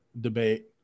debate